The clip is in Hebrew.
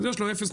אז יש לו 0.002,